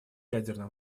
ядерным